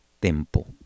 Tempo